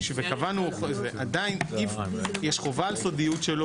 וקבענו עדיין סעיף יש חובה על סודיות שלו.